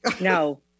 No